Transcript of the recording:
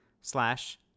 slash